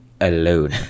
alone